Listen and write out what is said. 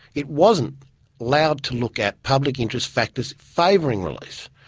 it wasn't allowed to look at public interest factors favouring release.